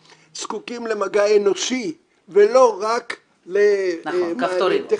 זקוקים למגע אנושי ולא רק לטכנולוגיה.